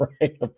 right